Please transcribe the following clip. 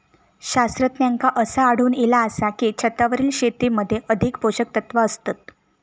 शास्त्रज्ञांका असा आढळून इला आसा की, छतावरील शेतीमध्ये अधिक पोषकतत्वा असतत